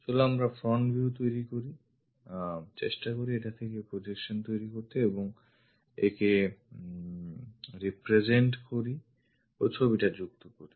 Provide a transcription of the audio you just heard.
চলো আমরা front view তৈরী করি চেষ্টা করি এটা থেকে projection তৈরী করতে এবং একে represent করি ও ছবিটা যুক্ত করি